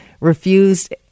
refused